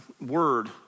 word